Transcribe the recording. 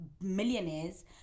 millionaires